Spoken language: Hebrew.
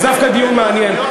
זה דווקא דיון מעניין,